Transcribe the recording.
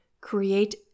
create